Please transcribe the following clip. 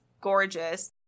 gorgeous